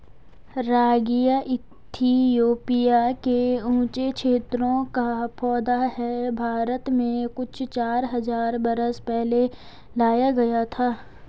रागी Ethiopia के ऊँचे क्षेत्रों का पौधा है भारत में कुछ चार हज़ार बरस पहले लाया गया था